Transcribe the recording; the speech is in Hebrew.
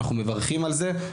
אנחנו מברכים על זה,